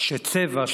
שצבע,